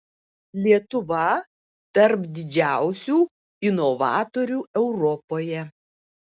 lietuva tarp didžiausių inovatorių europoje